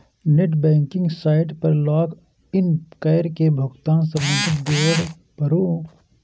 net banking site पर log in कैर के भुगतान संबंधी विवरण भरू